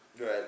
Right